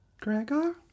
Gregor